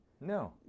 No